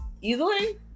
easily